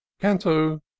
Canto